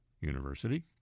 University